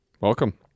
Welcome